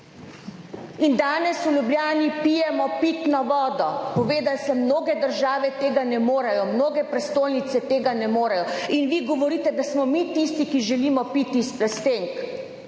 in danes v Ljubljani pijemo pitno vodo. Povedala sem, mnoge države tega ne morejo, mnoge prestolnice tega ne morejo in vi govorite, da smo mi tisti, ki želimo piti iz plastenk.